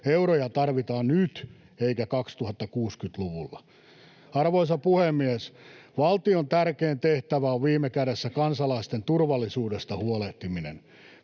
Euroja tarvitaan nyt eikä 2060-luvulla. Arvoisa puhemies! Valtion tärkein tehtävä on viime kädessä kansalaisten turvallisuudesta huolehtiminen.